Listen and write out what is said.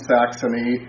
Saxony